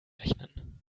rechnen